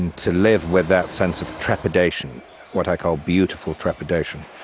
and to live with that sense of trepidation what i call beautiful trepidation